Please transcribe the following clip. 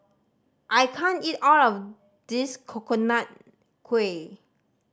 I can't eat all of this Coconut Kuih